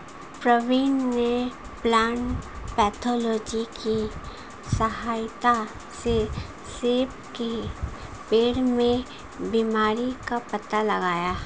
प्रवीण ने plant pathology की सहायता से सेब के पेड़ में बीमारी का पता लगाया